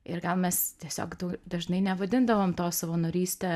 ir gal mes tiesiog dažnai nevadindavom to savanoryste